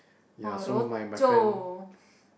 or Rochor